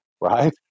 right